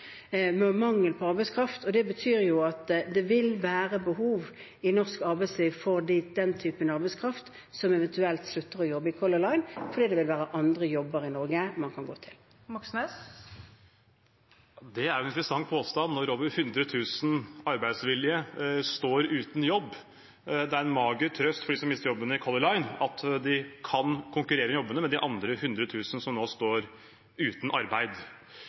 med mangel på arbeidskraft. Det betyr at det i norsk arbeidsliv vil være behov for den typen arbeidskraft som eventuelt slutter i Color Line, fordi det vil være andre jobber i Norge man kan gå til. Det blir oppfølgingsspørsmål – først Bjørnar Moxnes. Det er jo en interessant påstand når over 100 000 arbeidsvillige står uten jobb. Det er en mager trøst for dem som mister jobben i Color Line, at de kan konkurrere om jobbene med de andre 100 000 som nå står uten arbeid.